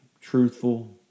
truthful